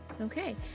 Okay